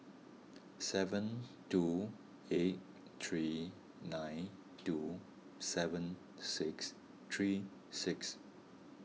seven two eight three nine two seven six three six